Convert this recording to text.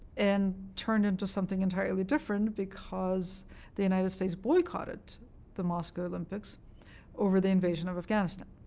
and turned into something entirely different because the united states boycotted the moscow olympics over the invasion of afghanistan.